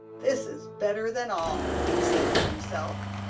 this is better than all he said to himself.